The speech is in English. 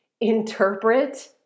interpret